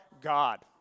God